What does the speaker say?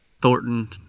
Thornton